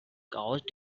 cause